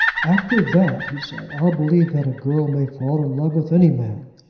after that, he said, i'll believe that a girl may fall in love with any man!